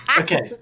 Okay